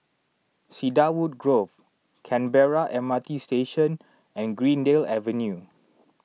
Cedarwood Grove Canberra M R T Station and Greendale Avenue